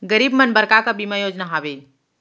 गरीब मन बर का का बीमा योजना हावे?